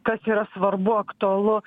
kas yra svarbu aktualu